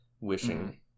wishing